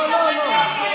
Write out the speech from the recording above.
לא, לא.